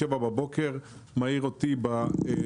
בשבע בבוקר הוא העיר אותי בטלפון,